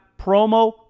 promo